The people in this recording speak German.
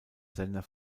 sender